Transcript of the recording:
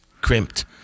crimped